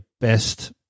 best